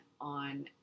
on